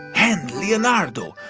and, leonardo,